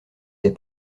des